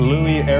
Louis